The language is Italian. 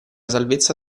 salvezza